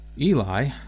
Eli